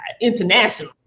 international